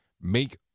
make